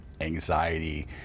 anxiety